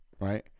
right